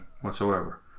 whatsoever